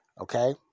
okay